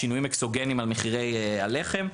שינויים אקסוגניים על מחירי הלחם.